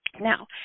Now